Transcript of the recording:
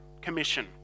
commission